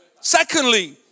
Secondly